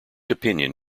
opinion